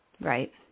Right